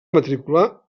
matricular